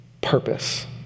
purpose